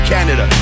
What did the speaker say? Canada